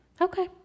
Okay